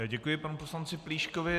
Děkuji panu poslanci Plíškovi.